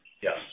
Yes